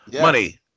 Money